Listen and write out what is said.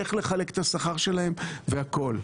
איך לחלק את השכר שלהם והכול.